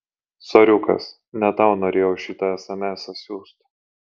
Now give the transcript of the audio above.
soriukas ne tau norėjau šitą esemesą siųst